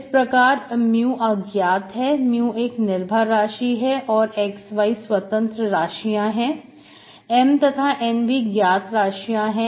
इस प्रकार mu अज्ञात है mu एक निर्भर राशि है और xy स्वतंत्र राशियां हैं M तथा N भी ज्ञात राशियां है